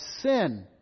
sin